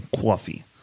coffee